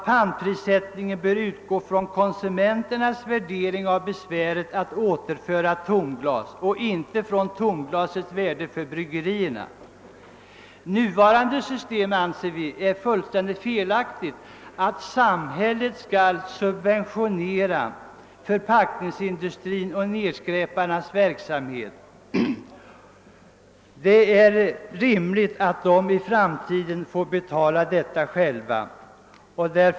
Pantprissättningen bör utgå från konsumenternas värdering av besväret att återlämna tomglas och inte från tomglasens värde för bryggerierna. Vi anser det vara fullständigt felaktigt att samhället, som nu är fallet, skall subventionera förpackningsindustrins och nedskräparnas verksamhet. Det är rimligt att dessa i framtiden själva får betala dessa kostnader.